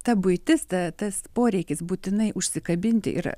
ta buitis ta tas poreikis būtinai užsikabinti ir